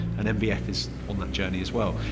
and mvf is on that journey as well.